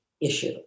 issue